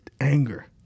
anger